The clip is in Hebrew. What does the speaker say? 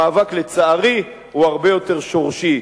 המאבק, לצערי, הוא הרבה יותר שורשי.